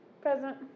Present